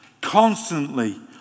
Constantly